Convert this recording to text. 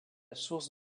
source